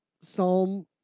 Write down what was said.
Psalm